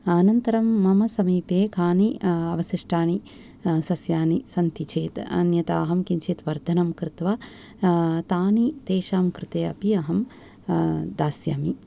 अनन्तरं मम समीपे कानि अवशिष्टानि सस्यानि सन्ति चेत् अन्यथा अहं किञ्चित् वर्धनं कृत्वा तानि तेषां कृते अपि अहं दास्यामि